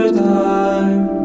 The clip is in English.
time